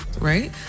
right